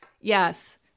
Yes